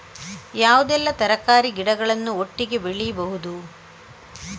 ಯಾವುದೆಲ್ಲ ತರಕಾರಿ ಗಿಡಗಳನ್ನು ಒಟ್ಟಿಗೆ ಬೆಳಿಬಹುದು?